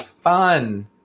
fun